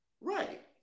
Right